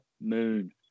moon